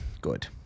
Good